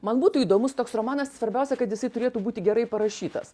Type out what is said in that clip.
man būtų įdomus toks romanas svarbiausia kad jisai turėtų būti gerai parašytas